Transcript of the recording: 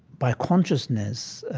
by consciousness